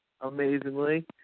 Amazingly